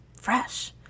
fresh